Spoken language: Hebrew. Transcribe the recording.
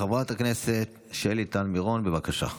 חברת הכנסת שלי טל מירון, בבקשה.